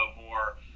more